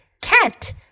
Cat